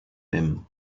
him